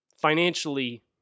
financially